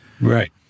right